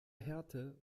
härte